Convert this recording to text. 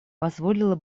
позволило